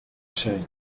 zijn